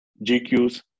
GQ's